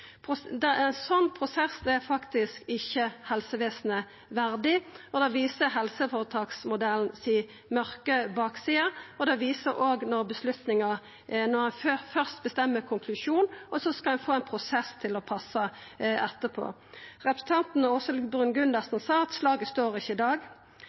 Ein slik prosess er faktisk ikkje helsevesenet verdig. Det viser den mørke baksida av helseføretaksmodellen. Det viser òg at ein først bestemmer konklusjonen, og så skal ein få ein prosess til å passa etterpå. Representanten Åshild Bruun-Gundersen sa at slaget står ikkje i dag.